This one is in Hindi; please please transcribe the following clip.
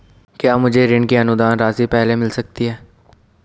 क्या मुझे ऋण की अनुदान राशि पहले मिल सकती है?